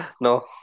No